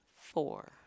Four